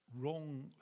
wrong